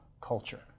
culture